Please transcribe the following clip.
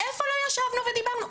איפה לא ישבנו ודיברנו,